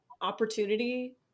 opportunity